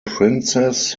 princess